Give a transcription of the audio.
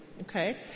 okay